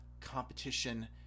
competition